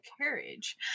carriage